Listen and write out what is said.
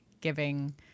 giving